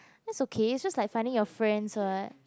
that's okay it's just like finding your friends [what]